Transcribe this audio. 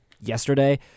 yesterday